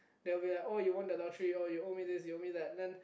they will be like oh you won the lottery oh you owe me this you owe me that then